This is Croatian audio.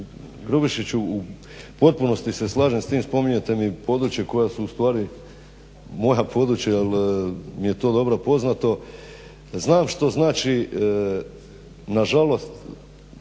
Grubišiću u potpunosti se slažem s tim, spominjete mi područje koja su ustvari moja područja, jel mi je to dobro poznato. Znam što znači nažalost